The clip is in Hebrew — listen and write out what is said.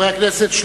(חברי הכנסת מכבדים בקימה את זכרו של המנוח.) נא לשבת.